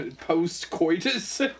post-coitus